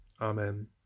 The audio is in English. Amen